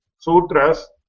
sutras